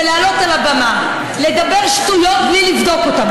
לעלות על הבמה ולדבר שטויות בלי לבדוק אותן.